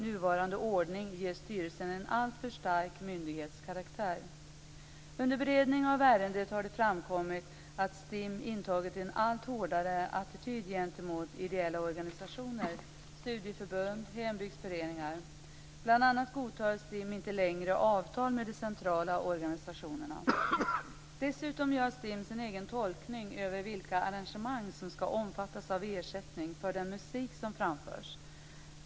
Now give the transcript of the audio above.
Nuvarande ordning ger styrelsen en alltför stark myndighetskaraktär. Under beredning av ärendet har det framkommit att STIM intagit en allt hårdare attityd gentemot ideella organisationer, studieförbund, och hembygdsföreningar. Bl.a. godtar STIM inte längre avtal med de centrala organisationerna. Dessutom gör STIM sin egen tolkning av vilka arrangemang som skall omfattas av ersättning för den musik som framförs.